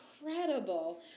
incredible